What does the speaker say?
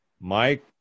Mike